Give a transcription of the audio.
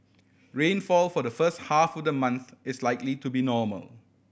rainfall for the first half the month is likely to be normal